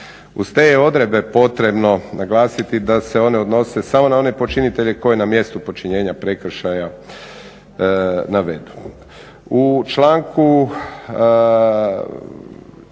Uz te je odredbe potrebno naglasiti da se one odnose samo na one počinitelje koji na mjestu počinjenja prekršaja navedu.